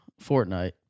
Fortnite